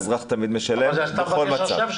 את ה-190 שקל האזרח משלם בכל מצב.